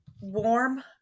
warm